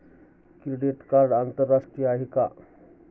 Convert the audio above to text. Credit card आंतरराष्ट्रीय आहे का?